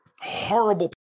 horrible